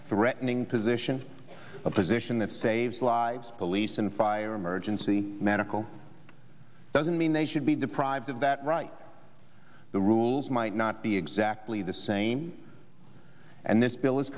threatening position a position that saves lives police and fire emergency medical doesn't mean they should be deprived of that right the rules might not be exactly the same and this bill is